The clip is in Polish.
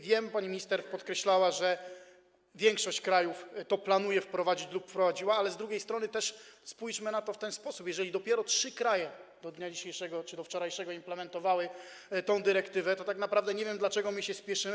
Wiem, pani minister to podkreślała, że większość krajów planuje to wprowadzić lub wprowadziła, ale z drugiej strony też spójrzmy na to w ten sposób: jeżeli dopiero trzy kraje do dnia dzisiejszego czy wczorajszego implementowały tę dyrektywę, to nie wiem, dlaczego my się spieszymy.